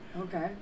okay